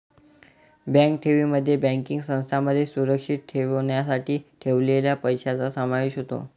bank ठेवींमध्ये banking संस्थांमध्ये सुरक्षित ठेवण्यासाठी ठेवलेल्या पैशांचा समावेश होतो